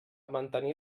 mantenir